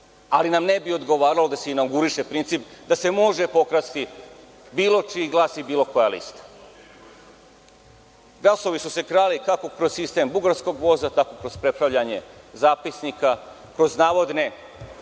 ali nam ne bi odgovaralo da se inauguriše princip da se može pokrasti bilo čiji glas i bilo koja lista. Glasovi su se krali kako kroz sistem „bugarskog voza“, tako kroz prepravljanje zapisnika, kroz navodne